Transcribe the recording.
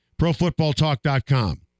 ProFootballTalk.com